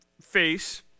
face